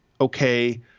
okay